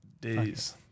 Days